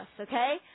okay